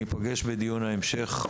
ניפגש בדיון ההמשך.